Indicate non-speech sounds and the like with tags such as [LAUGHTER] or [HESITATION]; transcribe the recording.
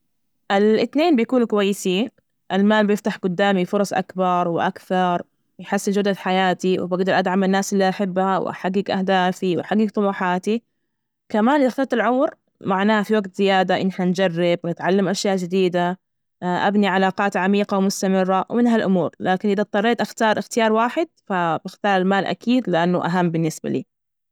الإثنين بيكونوا كويسين، المال بيفتح جدامي فرص أكبر وأكثر، يحسن جودة حياتي. وبقدر أدعم الناس اللي أحبها وأحجج أهدافي وأحجج طموحاتي، كمان إذا اخترت العمر معناه في وقت زيادة إن نجرب ونتعلم أشياء جديدة. [HESITATION] أبني علاقات عميقة ومستمرة ومن هالأمور، لكن إذا اضطريت أختار إختيار واحد فبختار المال أكيد لأنه أهم بالنسبة لي.